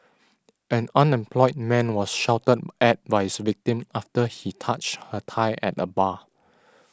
an unemployed man was shouted at by his victim after he touched her thigh at a bar